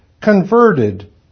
converted